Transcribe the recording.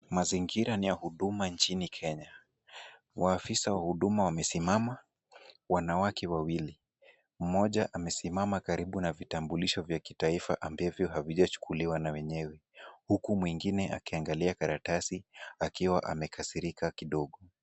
Mazingira ni ya huduma nchini Kenya, waafisa wa huduma wamesimama wanawake wawili, mmoja amesimama karibu na vitambulisho vya kitaifa ambavyo havijachukuliwa na wenyewe huku mwengine akiangalia karatasi akiwa amekasirika kidogo.